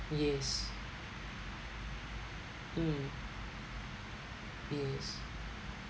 yes mm yes